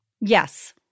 Yes